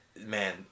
man